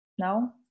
No